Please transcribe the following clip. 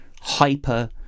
hyper